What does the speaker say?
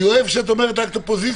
אני אוהב שאת אומרת את הפוזיציה.